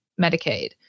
Medicaid